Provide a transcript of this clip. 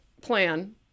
plan